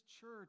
church